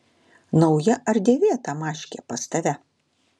nauja ar dėvėta maškė pas tave